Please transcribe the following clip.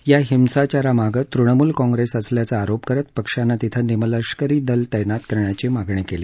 या हिंसाचारामागे तृणमूल काँग्रेस असल्याचा आरोप करत पक्षानं तिथं निमलष्करी दल तैनात करण्याची मागणी केली